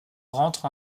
rentre